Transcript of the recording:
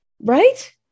Right